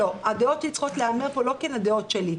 הדעות שלי צריכות להיאמר פה לא כי הן הדעות שלי.